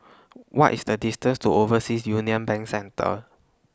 What IS The distance to Overseas Union Bank Centre